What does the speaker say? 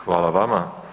Hvala vama.